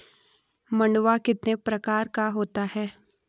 मंडुआ कितने प्रकार का होता है?